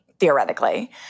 theoretically